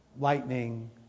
lightning